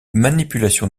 manipulation